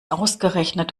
ausgerechnet